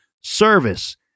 service